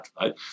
right